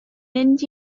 mynd